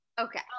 Okay